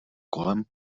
kolem